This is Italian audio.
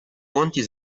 conti